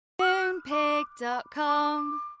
Moonpig.com